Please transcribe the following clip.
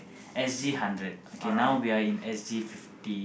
S_G hundred okay now we are in S_G fifty